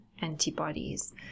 antibodies